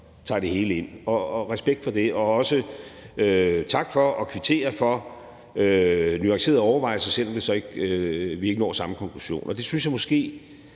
tager det hele ind, og respekt for det. Også tak for at kvittere for nuancerede overvejelser, selv om vi så ikke når samme konklusion. Det synes jeg måske